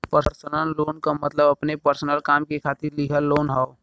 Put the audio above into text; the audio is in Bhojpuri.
पर्सनल लोन क मतलब अपने पर्सनल काम के खातिर लिहल लोन हौ